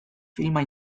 filma